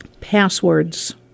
Passwords